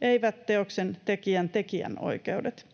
eivät teoksen tekijän tekijänoikeudet.